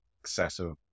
excessive